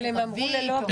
אבל הם אמרו ללא הגבלה.